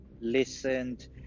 listened